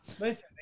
Listen